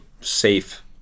safe